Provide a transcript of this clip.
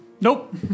Nope